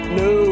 no